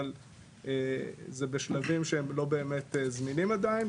אבל זה בשלבים שהם לא באמת זמינים עדיין,